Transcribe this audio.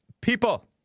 people